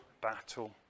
battle